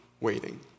waiting